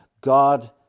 God